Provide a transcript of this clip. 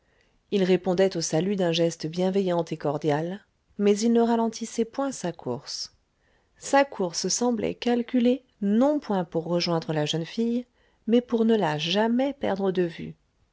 il répondait aux saluts d'un geste bienveillant et cordial mais il ne ralentissait point sa course sa course semblait calculée non point pour rejoindre la jeune fille mais pour ne la jamais perdre de vue